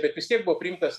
bet vis tiek buvo priimtas